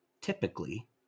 Typically